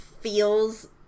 feels